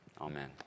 Amen